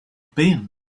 ben